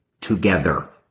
together